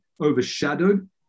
overshadowed